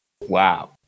Wow